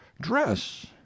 dress